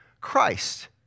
Christ